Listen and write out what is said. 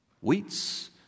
Wheats